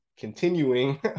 continuing